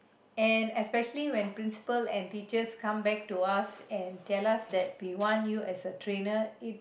and especially when principal and teachers come back to us and tell us that we want you as a trainer it's